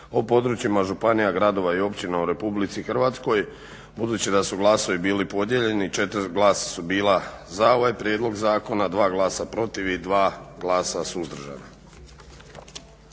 o područjima županija, gradova i općina u RH budući da su glasovi bili podijeljeni 4 glasa su bila za prijedlog ovog zakona, 2 glasa protiv i 2 glasa suzdržana.